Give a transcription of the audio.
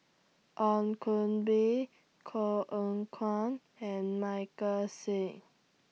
Ong Koh Bee Koh Eng Kian and Michael Seet